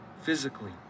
Physically